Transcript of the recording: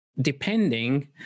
depending